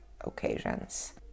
occasions